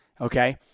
Okay